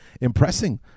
impressing